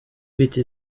kwita